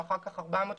אחר כך 430,